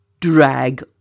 Drag